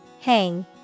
Hang